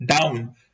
down